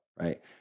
Right